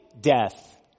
death